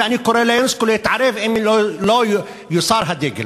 ואני קורא לאונסק"ו להתערב אם לא יוסר הדגל.